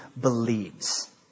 believes